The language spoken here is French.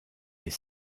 est